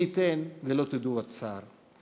מי ייתן ולא תדעו עוד צער.